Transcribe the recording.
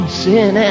sin